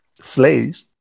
slaves